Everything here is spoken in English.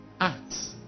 acts